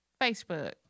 Facebook